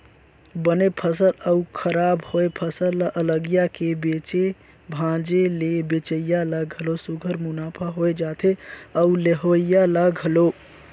बने फसल अउ खराब होए फसल ल अलगिया के बेचे भांजे ले बेंचइया ल घलो सुग्घर मुनाफा होए जाथे अउ लेहोइया ल घलो